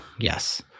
Yes